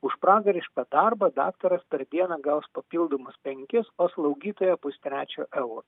už pragarišką darbą daktaras per dieną gaus papildomus penkis o slaugytoja pustrečio euro